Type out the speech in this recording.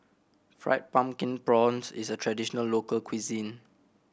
Fried Pumpkin Prawns is a traditional local cuisine